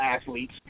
athletes